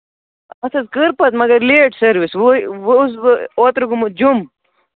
اَتھ حظ کٔر پَتہٕ مگر لیٹ سٔروِس وۅنۍ وۅنۍ اوسُس بہٕ اوترٕ گوٚمُت جوٚم